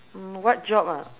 mm what job ah